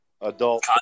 adult